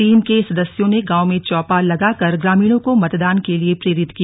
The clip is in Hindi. टीम के सदस्यों ने गांव में चौपाल लगाकर ग्रामीणों को मतदान के लिए प्रेरित किया